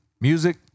music